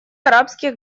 арабских